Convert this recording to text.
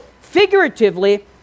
figuratively